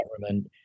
government